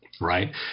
right